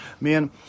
Men